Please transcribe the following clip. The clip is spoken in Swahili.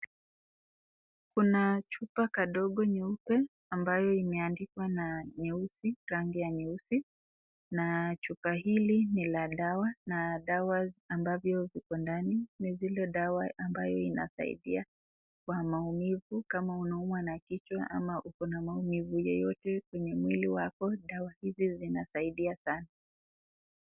Kuna chupa kadogo nyeupe ambayo imeandikwa na nyeusi, rangi ya nyeusi na chupa hili ni la dawa na dawa ambazo ziko ndani, ni zile dawa ambayo inasaidia kwa maumivu. Kama unaumwa na kichwa ama uko na maumivu yoyote kwenye mwili wako, dawa hizi zinasaidia sana.